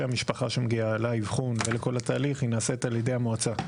משפחה שמגיעה לאבחון ולכל התהליך היא נעשית על ידי המועצה.